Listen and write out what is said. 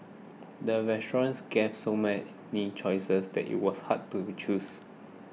the restaurant gave so many choices that it was hard to choose